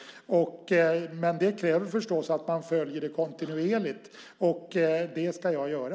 Men det kräver förstås att man följer det kontinuerligt, och det ska jag göra.